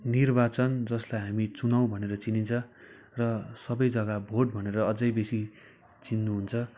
निर्वाचन जसलाई हामी चुनाउ भनेर चिनिन्छ र सबै जग्गा भोट भनेर अझै बेसी चिन्नुहुन्छ